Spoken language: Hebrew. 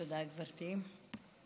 תודה, גברתי.